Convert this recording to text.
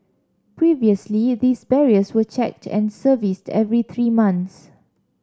previously these barriers were checked and serviced every three months